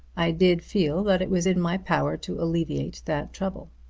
i did feel that it was in my power to alleviate that trouble.